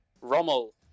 Rommel